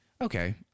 Okay